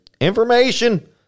information